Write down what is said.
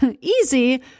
easy